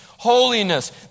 Holiness